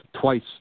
twice